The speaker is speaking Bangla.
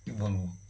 কী বলব